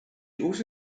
also